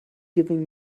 giving